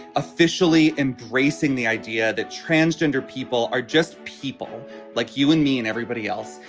officially embracing the idea that transgender people are just people like you and me and everybody else,